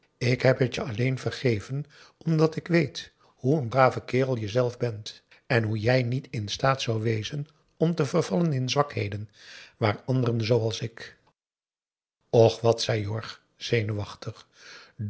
ik heb het je alleen vergeven omdat ik weet hoe n brave kerel je zelf bent en hoe jij niet in staat zou wezen om te vervallen in zwakheden waar anderen zooals ik och wat zei jorg zenuwachtig